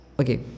okay